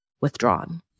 withdrawn